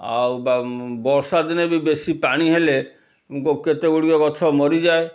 ଆଉ ବର୍ଷା ଦିନେ ବି ବେଶୀ ପାଣି ହେଲେ କେତେ ଗୁଡ଼ିଏ ଗଛ ମରିଯାଏ